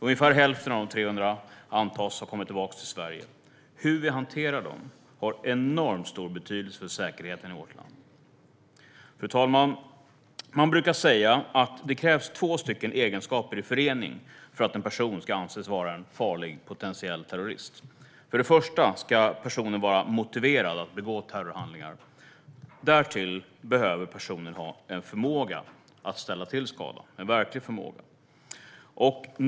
Ungefär hälften av de 300 antas ha kommit tillbaka till Sverige. Hur vi hanterar dem har enormt stor betydelse för säkerheten i vårt land. Fru talman! Man brukar säga att det krävs två egenskaper i förening för att en person ska anses vara en farlig potentiell terrorist. För det första ska personen vara motiverad att begå terrorhandlingar. För det andra behöver personen ha verklig förmåga att ställa till skada.